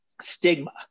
stigma